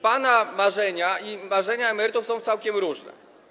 Pana marzenia i marzenia emerytów są całkiem różne.